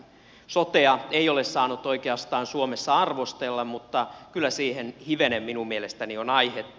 sotea ei ole saanut oikeastaan suomessa arvostella mutta kyllä siihen hivenen minun mielestäni on aihetta